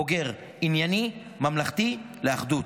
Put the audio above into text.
בוגר, ענייני, ממלכתי, לאחדות.